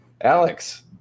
Alex